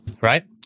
Right